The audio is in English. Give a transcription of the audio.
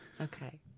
Okay